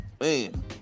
man